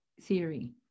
Theory